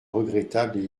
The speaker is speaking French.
regrettables